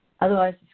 Otherwise